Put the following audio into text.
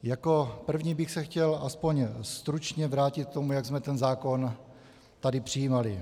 Jako první bych se chtěl alespoň stručně vrátit k tomu, jak jsme ten zákon tady přijímali.